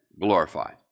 glorified